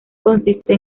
consiste